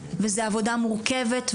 וזו עבודה מורכבת,